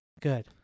Good